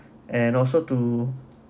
and also to